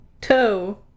toe